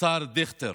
השר דיכטר,